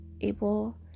able